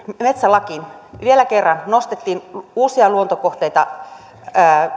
metsälakiin vielä kerran nostettiin uusia luontokohteita